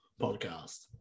podcast